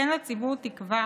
תן לציבור תקווה